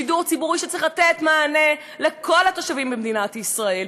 שידור ציבורי שצריך לתת מענה לכל התושבים במדינת ישראל,